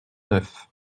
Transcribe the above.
neuf